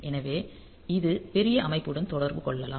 எனவே இது பெரிய அமைப்புடன் தொடர்பு கொள்ளலாம்